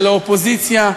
של האופוזיציה,